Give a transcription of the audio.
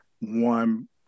one